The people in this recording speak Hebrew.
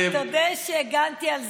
תודה שהגנתי על סגני.